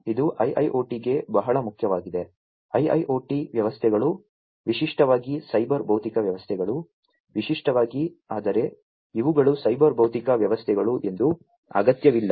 ಇದು IIoT ಗೆ ಬಹಳ ಮುಖ್ಯವಾಗಿದೆ IIoT ವ್ಯವಸ್ಥೆಗಳು ವಿಶಿಷ್ಟವಾಗಿ ಸೈಬರ್ ಭೌತಿಕ ವ್ಯವಸ್ಥೆಗಳು ವಿಶಿಷ್ಟವಾಗಿ ಆದರೆ ಇವುಗಳು ಸೈಬರ್ ಭೌತಿಕ ವ್ಯವಸ್ಥೆಗಳು ಎಂದು ಅಗತ್ಯವಿಲ್ಲ